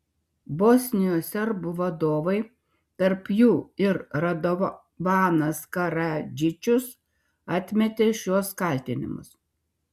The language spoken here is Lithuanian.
bosnijos serbų vadovai tarp jų ir radovanas karadžičius atmetė šiuos kaltinimus